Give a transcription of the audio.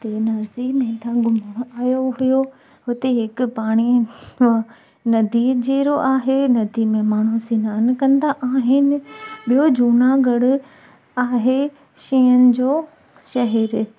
उते नरसी मेहता घुमणु आयो हुओ हुते हिकु पाणी नदी जहिड़ो आहे नदी में माण्हूं सनानु कंदा आहिनि ॿियो जूनागढ़ आहे शींहनि जो शहरु